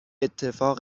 اتفاق